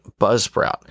Buzzsprout